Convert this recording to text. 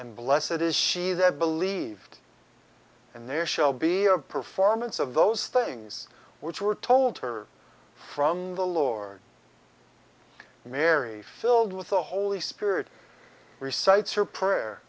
and bless it is she that believed and there shall be a performance of those things which were told her from the lord mary filled with the holy spirit recites her prayer